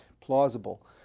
plausible